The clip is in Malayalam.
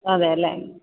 അതെയല്ലേ